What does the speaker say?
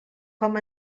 com